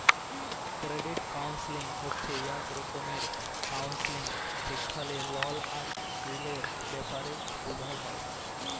credit counselling হছে ইক রকমের কাউল্সেলিং যেখালে লল আর ঋলের ব্যাপারে বুঝাল হ্যয়